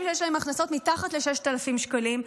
שיש להם הכנסות מתחת ל-6,000 שקלים,